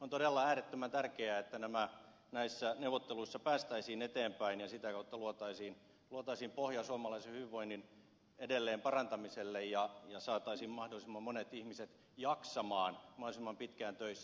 on todella äärettömän tärkeää että näissä neuvotteluissa päästäisiin eteenpäin ja sitä kautta luotaisiin pohja suomalaisen hyvinvoinnin edelleen parantamiselle ja saataisiin mahdollisimman monet ihmiset jaksamaan mahdollisimman pitkään töissä